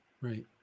Right